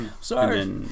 sorry